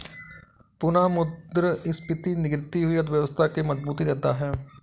पुनःमुद्रस्फीति गिरती हुई अर्थव्यवस्था के मजबूती देता है